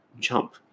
jump